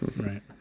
Right